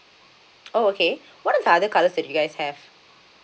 oh okay what are the other colours that you guys have